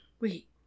Wait